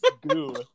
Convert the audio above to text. goo